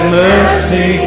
mercy